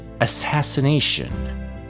assassination